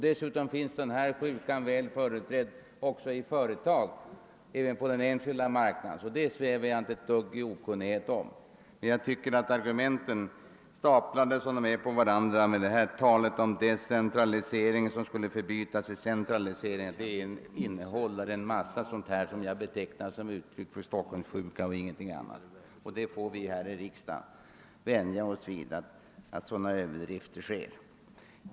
Den här sjukan är dessutom väl företrädd också i företagen på den enskilda marknaden — det svävar jag inte i okunnighet om. Talet t.ex. om en decentralisering som skulle förbytas i centralisering utgör argument, som jag skulle vilja beteckna som uttryck för Stockholmssjukan. Vi här i riksdagen får vänja oss vid att sådana överdrifter gÖrs.